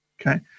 Okay